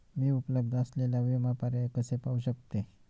मी उपलब्ध असलेले विमा पर्याय कसे पाहू शकते?